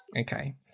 Okay